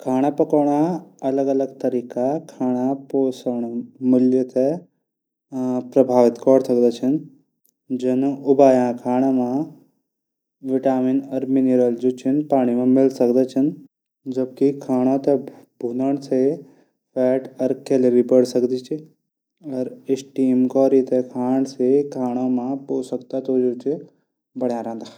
खाणा पकाणो अलग अलग तरीका पोषण मिलदू छै प्रभावित कौर सकदा छन। जन उबलयां खाणा मां विटामिन और मिनरल जू छन। पाणी मा मिल सकदा छन। जबकि खाणू थै भुनन से फैट और कैलोरी बढ सकद च। और स्टीम कैरी थै भोजन मा पोषण तत्व बणयां रैद छन।